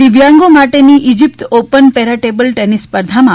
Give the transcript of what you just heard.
દિવ્યાંગો માટેની Egypt open para table tennis સ્પર્ધામાં